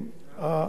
זה על הקשקש.